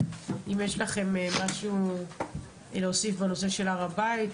יש לכם משהו להוסיף בנושא הר הבית,